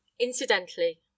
incidentally